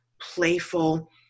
playful